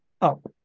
up